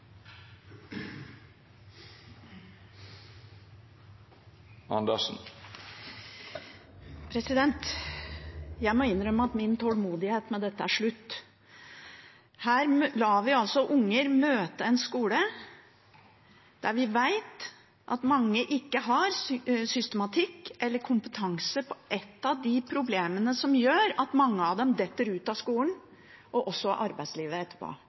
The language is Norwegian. Jeg må innrømme at min tålmodighet med dette er slutt. Her lar vi altså unger møte en skole som vi vet ikke har systematikk eller kompetanse på et av de problemene som gjør at mange detter ut av skolen, og også ut av arbeidslivet etterpå.